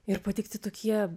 ir pateikti tokie